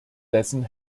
dessen